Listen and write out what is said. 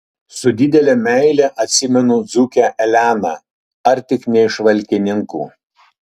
su didele meile atsimenu dzūkę eleną ar tik ne iš valkininkų